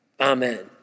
Amen